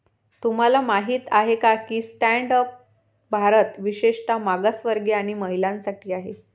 तुम्हाला माहित आहे का की स्टँड अप भारत विशेषतः मागासवर्गीय आणि महिलांसाठी आहे